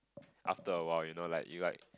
after a while you know like you like